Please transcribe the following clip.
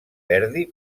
verdi